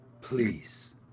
Please